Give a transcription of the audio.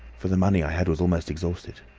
for the money i had was almost exhausted.